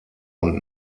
und